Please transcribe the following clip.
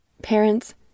Parents